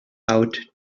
out